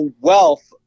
wealth